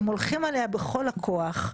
הם הולכים עליה בכול הכוח.